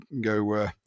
go